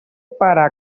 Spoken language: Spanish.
para